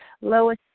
Lois